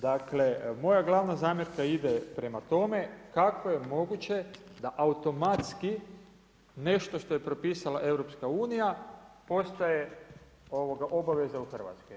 Dakle, moja glavna zamjerka ide prema tome, kako je moguće da automatski nešto što je propisala EU postaje obaveza u Hrvatskoj?